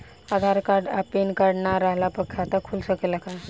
आधार card आ PAN card ना रहला पर खाता खुल सकेला का?